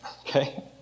Okay